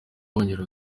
wongera